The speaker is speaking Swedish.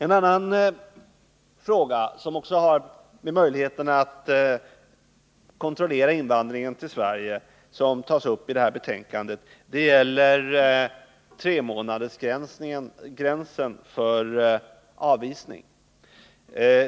En annan fråga, som också har att göra med möjligheterna att kontrollera invandringen till Sverige och som tas upp i det utskottsbetänkande som vi nu behandlar, gäller tremånadersgränsen för avvisning.